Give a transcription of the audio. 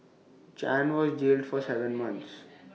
chan was jailed for Seven months